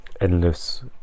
endless